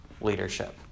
leadership